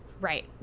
right